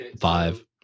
five